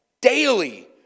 daily